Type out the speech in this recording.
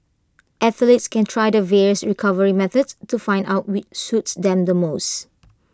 athletes can try the various recovery methods to find out which suits than them the most